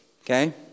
okay